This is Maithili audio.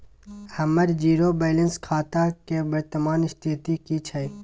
हमर जीरो बैलेंस खाता के वर्तमान स्थिति की छै?